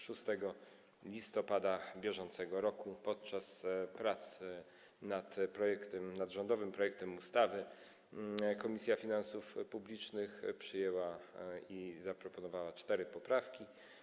6 listopada br. podczas pracy nad rządowym projektem ustawy Komisja Finansów Publicznych przyjęła i zaproponowała cztery poprawki.